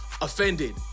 offended